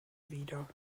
wieder